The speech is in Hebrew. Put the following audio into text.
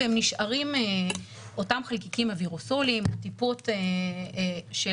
ואותם חלקיקים אווירוסוליים וטיפות של